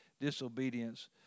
disobedience